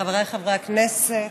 חבריי חברי הכנסת,